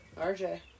rj